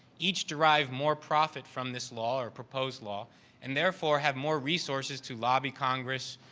each derive more profit from this law or proposed law and therefore, have more resources to lobby congress,